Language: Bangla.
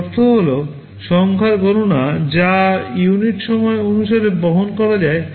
এর অর্থ হল সংখ্যার গণনা যা ইউনিট সময় অনুসারে বহন করা যায়